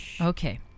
Okay